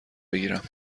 بگیرم